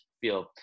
feel